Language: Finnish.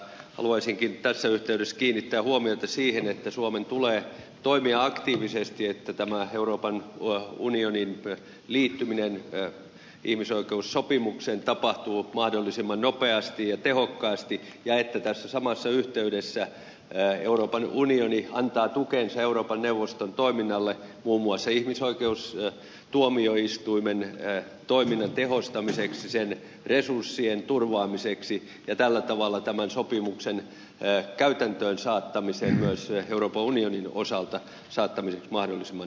haluaisinkin tässä yhteydessä kiinnittää huomiota siihen että suomen tulee toimia aktiivisesti että tämä euroopan unionin liittyminen ihmisoikeussopimukseen tapahtuu mahdollisimman nopeasti ja tehokkaasti ja että tässä samassa yhteydessä euroopan unioni antaa tukensa euroopan neuvoston toiminnalle muun muassa ihmisoikeustuomioistuimen toiminnan tehostamiseksi sen resurssien turvaamiseksi ja tällä tavalla tämän sopimuksen käytäntöön saattamiseksi myös euroopan unionin osalta mahdollisimman tehokkaasti